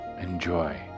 enjoy